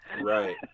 Right